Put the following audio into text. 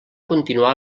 continuar